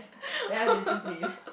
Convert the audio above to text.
then I have to listen to him